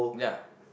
ya